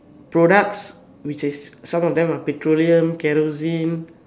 products which is some of them are petroleum kerosene